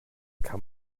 kann